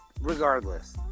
regardless